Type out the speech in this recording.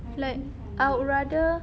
like I would rather